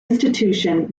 institution